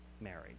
married